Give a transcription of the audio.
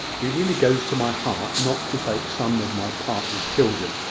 it really goes to my heart not to take some of my partner's children.